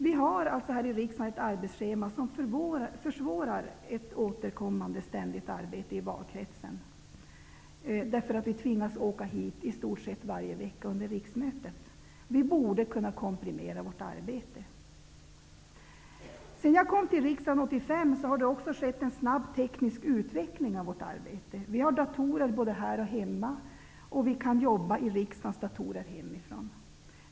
Vi har här i riksdagen ett arbetsschema som försvårar ett återkommande arbete i valkretsen. Vi tvingas åka hit i stort sett varje vecka under riksmötet. Vi borde kunna komprimera vårt arbete. Sedan jag kom till riksdagen 1985 har det också skett en snabb teknisk utveckling av vårt arbete. Vi har datorer både här och hemma. Vi kan jobba i riksdagens datorer hemifrån.